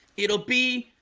it'll be